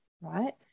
right